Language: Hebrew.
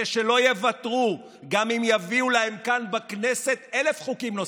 אלה שלא יוותרו גם אם יביאו להם כאן בכנסת אלף חוקים נוספים.